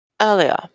earlier